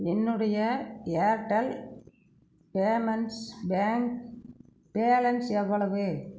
என்னுடைய Airtel payments bank balance எவ்வளவு